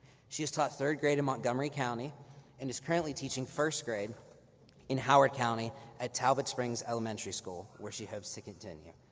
she has taught third grade in montgomery county and is currently teaching first grade in howard county at talbott springs elementary school, where she hopes to continue.